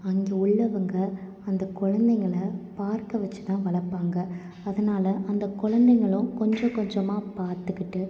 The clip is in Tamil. அங்கே உள்ளவங்க அந்த குழந்தைங்களை பார்க்க வச்சிதான் வளர்ப்பாங்க அதனால் அந்த குழந்தைங்களும் கொஞ்ச கொஞ்சமாக பார்த்துக்கிட்டு